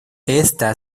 esta